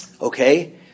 Okay